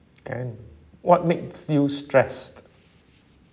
can what makes you stressed